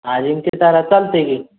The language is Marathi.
आजिंक्यतारा चालतेय की